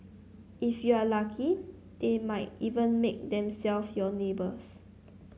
if you are lucky they might even make themselve your neighbours